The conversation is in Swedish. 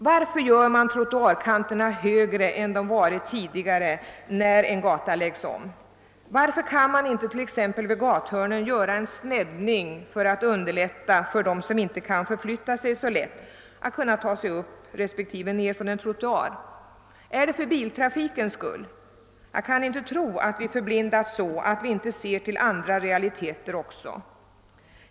Varför gör man trottoarkanterna högre än de varit tidigare vid omläggning av gator, och varför kan man t.ex. inte vid gathörnen göra en sneddning för att underlätta för dem som inte kan förflytta sig så lätt, så att de kan ta sig upp och ned från en trottoar? Är det för biltrafikens skull? Jag kan inte tro att vi förblindats så, att vi inte ser också till andra realiteter.